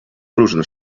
próżno